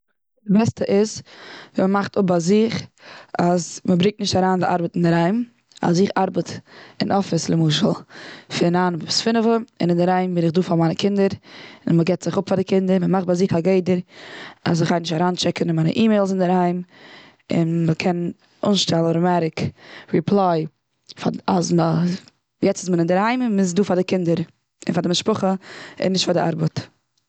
די בעסטע איז ווען מ'מאכט אפ ביי זיך אז מ'ברענגט נישט אריין די ארבעט אינדערהיים. אז איך ארבעט און אפיס למשל פון ניין ביז פינעפע. און אינדערהיים בין איך דא פאר מיינע קינדער. און מ'מאכט ביי זיך א גדר אז כ'גיי נישט אריין טשעקן און מיינע אי מעילס אינדערהיים. און מ'קען אנשטעלן אוטימאטיק ריפליי א אז מ' יעצט איז מען אינדערהיים און מ'איז דא פאר די קינדער, און פאר די משפחה. און נישט פאר די ארבעט.